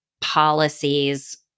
policies